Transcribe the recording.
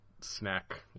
snack